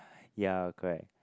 yea correct